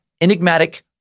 enigmatic